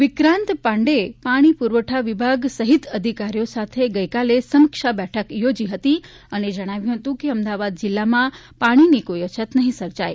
વિક્રાંત પાડેએ પાણી પુરવઠા વિભાગ સહિત અધિકારીઓ સાથે સમીક્ષા બેઠક યોજી હતી અને જણાવ્યુ કે અમદાવાદ જિલ્લામાં પાણીની કોઈ અછત નહિ સર્જાય